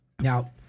Now